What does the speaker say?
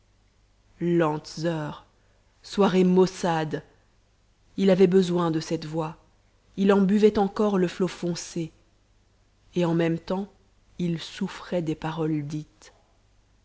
heures soirées maussades il avait besoin de cette voix il en buvait encore le flot foncé et en même temps il souffrait des paroles dites